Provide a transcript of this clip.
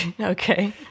okay